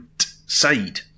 side